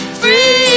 free